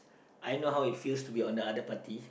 I know how it feels to be on the other party